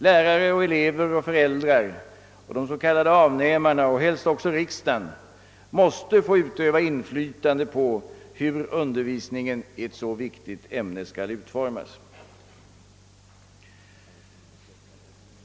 Lärare, elever, föräldrar, de s.k. avnämarna och helst också riksdagen måste få utöva inflytande på hur undervisningen i ett så viktigt ämne skall utformas.